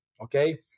Okay